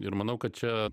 ir manau kad čia